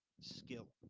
skill